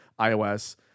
iOS